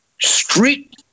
Street